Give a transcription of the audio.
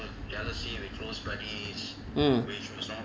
mm